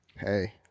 Hey